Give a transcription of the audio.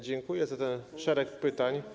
Dziękuję za tych szereg pytań.